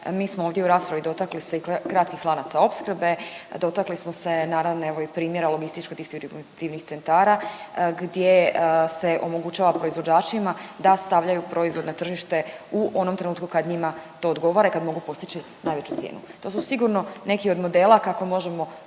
Mi smo ovdje u raspravi dotakli se i kratkih lanaca opskrbe, dotakli smo se naravno evo i primjera logističko-distributivnih centara gdje se omogućava proizvođačima da stavljaju proizvod na tržište u onom trenutku kad njima to odgovara i kad mogu postići najveću cijenu. To su sigurno neki od modela kako možemo